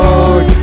Lord